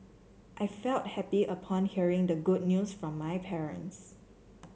I felt happy upon hearing the good news from my parents